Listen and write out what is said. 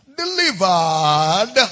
delivered